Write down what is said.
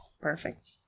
perfect